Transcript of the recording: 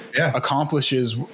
accomplishes